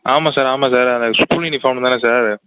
ஆமாம் சார் ஆமாம் சார் அந்த ஸ்கூல் யூனிபாஃம் தானே சார்